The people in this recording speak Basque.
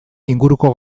inguruko